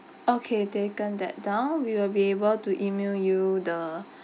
okay taken that down we will be able to email you the